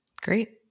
Great